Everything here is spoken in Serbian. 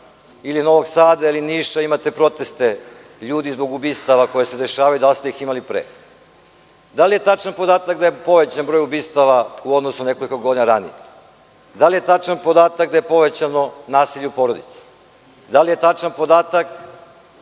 Novog Sada, Niša imate proteste ljudi zbog ubistava koja se dešavaju i da li ste ih imali pre? Da li je tačan podatak da je povećan broj ubistava u odnosu na nekoliko godina ranije? Da li je tačan podatak da je povećano nasilje u porodici? Da li je tačan podatak